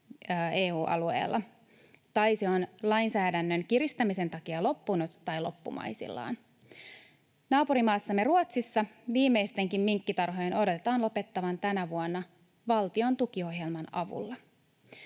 tai se on lainsäädännön kiristämisen takia loppunut tai loppumaisillaan. Naapurimaassamme Ruotsissa viimeistenkin minkkitarhojen odotetaan lopettavan tänä vuonna valtion tukiohjelman avulla.